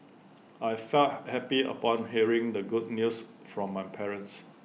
I felt happy upon hearing the good news from my parents